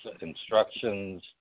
instructions